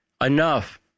enough